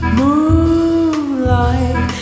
moonlight